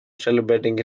celebrating